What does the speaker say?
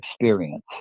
experience